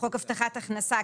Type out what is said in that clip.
לחוק הבטחת הכנסה,